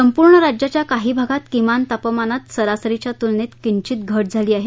संपूर्ण राज्याच्या काही भागात किमान तापमानात सरासरीच्या तूलनेत किंचित घट झाली आहे